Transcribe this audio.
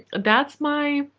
that's my.